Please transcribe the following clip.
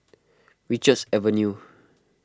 Richards Avenue